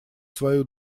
свою